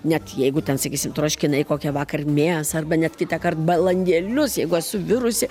net jeigu ten sakysim troškinai kokią vakar mėsą arba net kitąkart balandėlius jeigu esu virusi